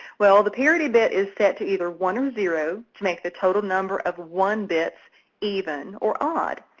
well the parity bit is set to either one or zero to make the total number of one bits even or odd.